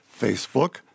Facebook